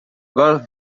golf